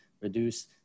reduce